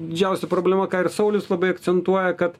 didžiausia problema ką ir saulius labai akcentuoja kad